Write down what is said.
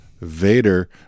Vader